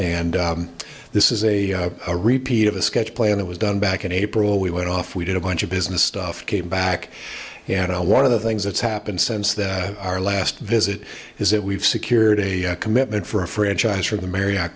and this is a a repeat of a sketch plan that was done back in april we went off we did a bunch of business stuff came back and one of the things that's happened since then our last visit is that we've secured a commitment for a franchise for the marr